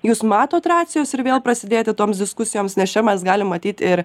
jūs matot racijos ir vėl prasidėti toms diskusijoms nes čia mes galim ateit ir